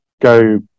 go